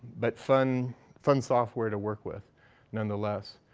but fun fun software to work with nonetheless.